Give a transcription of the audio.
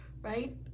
right